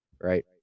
right